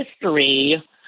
history